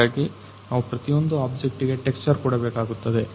ಹಾಗಾಗಿ ನಾವು ಪ್ರತಿಯೊಂದು ಆಬ್ಜೆಕ್ಟ್ ಗೆ ಟೆಕ್ಸ್ಟರ್ ಕೊಡಬೇಕಾಗುತ್ತದೆ